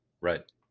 right